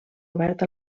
obert